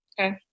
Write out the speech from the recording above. Okay